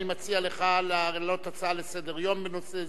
אני מציע לך להעלות הצעה לסדר-יום בנושא זה,